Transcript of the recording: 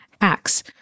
acts